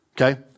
Okay